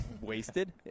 wasted